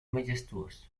majestuós